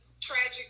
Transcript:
Tragic